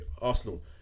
Arsenal